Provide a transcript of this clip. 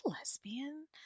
lesbian